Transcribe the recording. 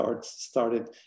started